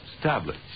Tablets